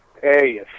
Hey